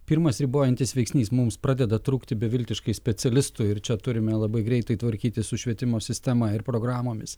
pirmas ribojantis veiksnys mums pradeda trūkti beviltiškai specialistų ir čia turime labai greitai tvarkytis su švietimo sistema ir programomis